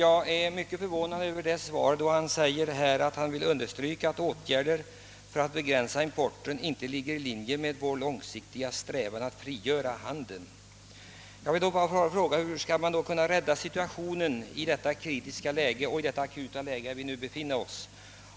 Jag är emellertid förvånad över vad som står i slutet av svaret: »Jag vill understryka att åtgärder för att begränsa importen inte ligger i linje med vår långsiktiga strävan att frigöra handeln.» Hur skall man då kunna klara upp den akuta och kritiska situation som nu har uppstått?